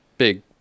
Big